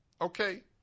okay